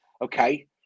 okay